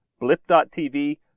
blip.tv